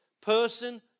person